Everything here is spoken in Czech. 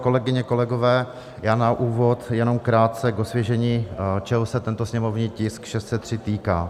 Kolegyně, kolegové, na úvod jenom krátce k osvěžení, čeho se tento sněmovní tisk 603 týká.